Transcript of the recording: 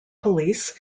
police